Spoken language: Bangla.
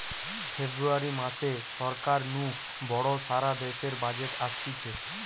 ফেব্রুয়ারী মাসে সরকার নু বড় সারা দেশের বাজেট অসতিছে